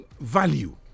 value